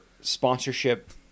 sponsorship